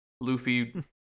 Luffy